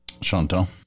Chantal